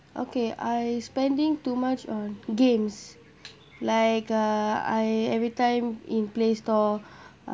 okay I spending too much on games like uh I every time in Play store